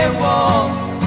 walls